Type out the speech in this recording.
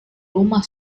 rumah